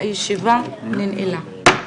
הישיבה ננעלה.